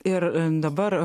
ir dabar